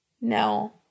No